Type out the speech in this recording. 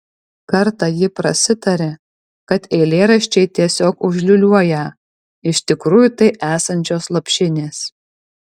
kartą ji prasitarė kad eilėraščiai tiesiog užliūliuoją iš tikrųjų tai esančios lopšinės